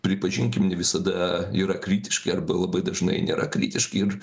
pripažinkim ne visada yra kritiški arba labai dažnai nėra kritiški ir